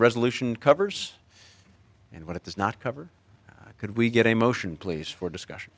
resolution covers and what it does not cover could we get a motion please for discussion